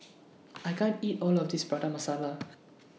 I can't eat All of This Prata Masala